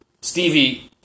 Stevie